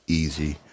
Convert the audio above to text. easy